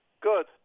Good